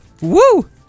Woo